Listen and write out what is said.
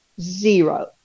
zero